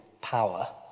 power